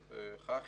חח"י,